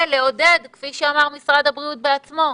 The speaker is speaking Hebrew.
ולעודד, כפי שאמר משרד הבריאות בעצמו,